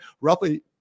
roughly